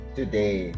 today